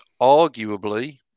arguably